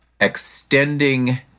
extending